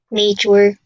nature